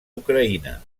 ucraïna